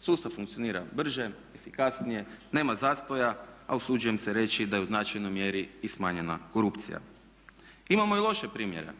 sustav funkcionira brže, efikasnije, nema zastoja a usuđujem se reći da je u značajnoj mjeri i smanjena korupcija. Imamo i loše primjere,